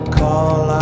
call